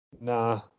Nah